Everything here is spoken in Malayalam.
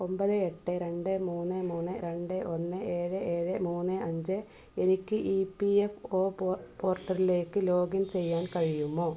ഒമ്പത് എട്ട് രണ്ട് മൂന്ന് മൂന്ന് രണ്ട് ഒന്ന് ഏഴ് ഏഴ് മൂന്ന് അഞ്ച് എനിക്ക് ഇ പി എഫ് ഒ പോർട്ടലിലേക്ക് ലോഗിൻ ചെയ്യാൻ കഴിയുമോ